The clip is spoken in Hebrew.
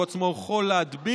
הוא עצמו יכול להדביק,